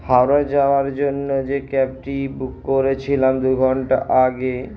হাওড়া যাওয়ার জন্য যে ক্যাবটি বুক করেছিলাম দুঘন্টা আগে